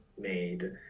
made